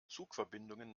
zugverbindungen